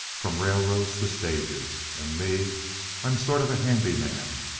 from railroads to stages. and me i'm sort of a handyman.